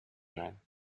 zijn